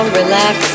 relax